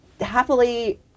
happily